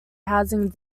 housing